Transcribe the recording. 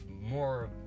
more